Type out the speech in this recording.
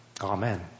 Amen